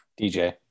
DJ